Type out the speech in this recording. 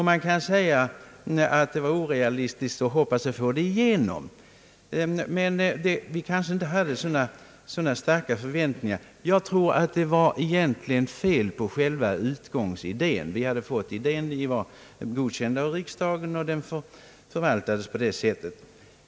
Man kan säga att det var orealistiskt att hoppas att få det igenom. Vi hade emellertid inte så stora förväntningar. Jag tror att det egentligen var fel på själva utgångsidén. Vi hade emellertid fått idén, den var godkänd av riksdasen och den förvaltades på det sätt som jag nu beskrivit.